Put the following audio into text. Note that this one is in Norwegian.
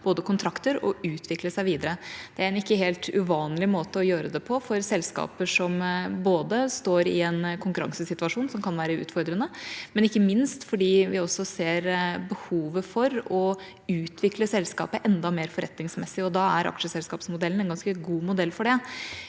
vinne kontrakter og utvikle seg videre. Det er en ikke helt uvanlig måte å gjøre det på for selskaper som står i en konkurransesituasjon som kan være utfordrende, men ikke minst fordi vi også ser behovet for å utvikle selskapet enda mer forretningsmessig, og da er aksjeselskapsmodellen en ganske god modell for det.